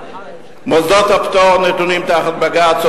מוסדות הפטור נתונים תחת בג"ץ,